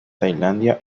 tailandia